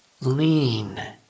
lean